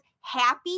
happy